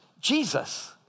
Jesus